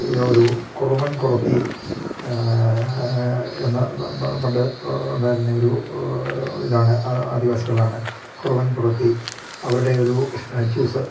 ഒരു കുറുവൻ കുറത്തി എന്ന പണ്ട് ഉണ്ടായിരുന്ന ഒരു ഇതാണ് ആദിവാസികളാണ് കുറുവൻ കുറത്തി അവരുടെ ഒരു സ്റ്റാച്യുസ്